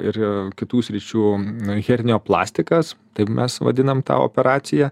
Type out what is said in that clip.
ir kitų sričių herneoplastikas taip mes vadinam tą operaciją